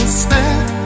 step